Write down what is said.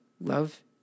love